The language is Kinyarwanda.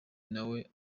nawe